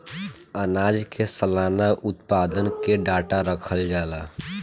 आनाज के सलाना उत्पादन के डाटा रखल जाला